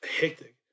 hectic